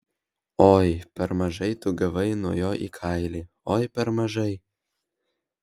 oi per mažai tu gavai nuo jo į kailį oi per mažai